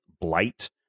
blight